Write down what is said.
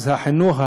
אז חינוך,